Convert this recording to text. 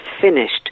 finished